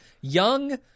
young